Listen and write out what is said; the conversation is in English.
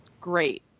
Great